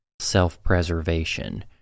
self-preservation